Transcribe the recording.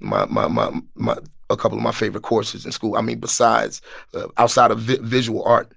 my my um um a couple of my favorite courses in school. i mean, besides outside of visual art,